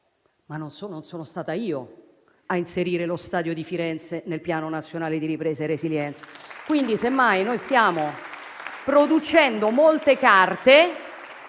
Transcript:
ma non sono stata io a inserire lo stadio di Firenze nel Piano nazionale di ripresa e resilienza. Semmai, noi stiamo producendo molte carte